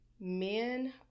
Men